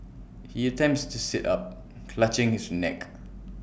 he attempts to sit up clutching his neck